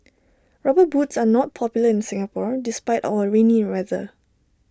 rubber boots are not popular in Singapore despite our rainy weather